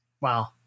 Wow